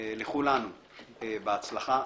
לכולנו בהצלחה.